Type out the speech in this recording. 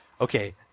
okay